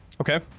Okay